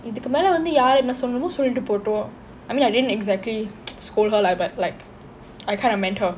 இதுக்கு மேலே யாரு என்ன சொல்லணுமோ சொல்லட்டு போட்டோம்:ithukku mele yaaru enna sollanumo sollttu pottom I mean I didn't exactly scold her lah but like I kind of meant her